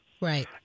Right